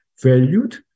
valued